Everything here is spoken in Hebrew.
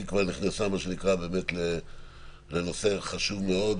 כי היא כבר נכנסה באמת לנושא חשוב מאוד,